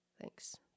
thanks